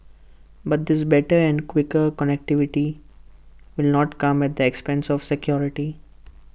but this better and quicker connectivity will not come at the expense of security